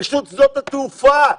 רשות שדות התעופה.